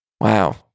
Wow